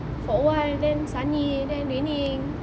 for a while then sunny then raining